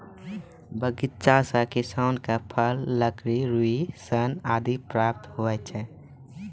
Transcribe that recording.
बगीचा सें किसान क फल, लकड़ी, रुई, सन आदि प्राप्त होय छै